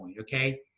okay